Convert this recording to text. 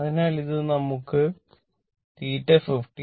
അതിനാൽ ഇതിൽ നിന്ന് നമുക്ക് തീറ്റ 52